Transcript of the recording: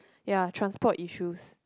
ya transport issues